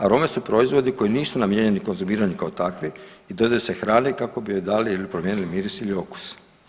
Arome su proizvodi koji nisu namijenjeni konzumiranju kao takvi i dodaju se hrani kako bi joj dali ili promijenili miris ili okus.